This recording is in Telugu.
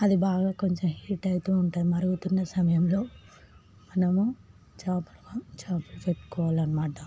అది బాగా కొంచెం హీట్ అవుతూ ఉంటుంది మరుగుతున్న సమయంలో మనము చేపలు జరుపుకోవలనమాట